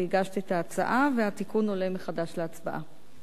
שהגשת את ההצעה והתיקון עולה מחדש להצבעה.